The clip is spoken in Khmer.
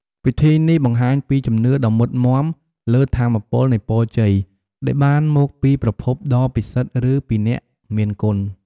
ពិធីនេះបង្ហាញពីជំនឿដ៏មុតមាំលើថាមពលនៃពរជ័យដែលបានមកពីប្រភពដ៏ពិសិដ្ឋ ឬពីអ្នកមានគុណ។